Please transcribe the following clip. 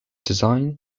design